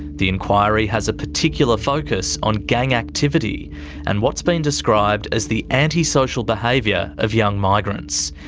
the inquiry has a particular focus on gang activity and what's been described as the antisocial behaviour of young migrants.